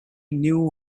knew